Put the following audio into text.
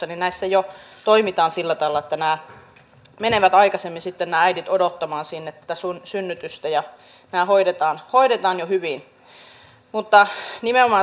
näissä toimitaan jo sillä tavalla että nämä äidit menevät aikaisemmin sitten odottamaan synnytystä sinne ja nämä hoidetaan jo hyvin